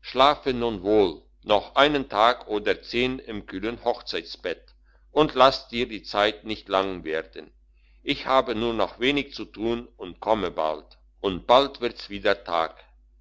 schlafe nun wohl noch einen tag oder zehn im kühlen hochzeitbett und laß dir die zeit nicht lang werden ich habe nur noch wenig zu tun und komme bald und bald wirds wieder tag